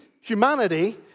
Humanity